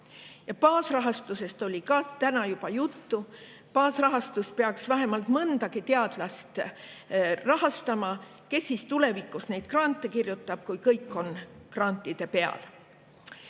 Baasrahastusest oli ka täna juba juttu. Baasrahastus peaks vähemalt mõndagi teadlast rahastama. Kes siis tulevikus neid grante kirjutab, kui kõik on grantide